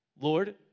Lord